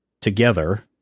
together